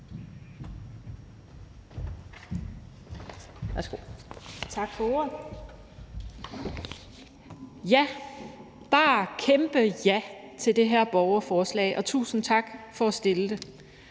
Tak for ordet. Jeg vil bare sige et kæmpe ja til det her borgerforslag, og tusind tak for at stille det.